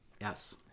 Yes